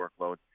workload